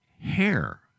hair